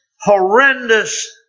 horrendous